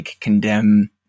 condemn